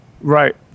right